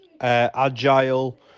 agile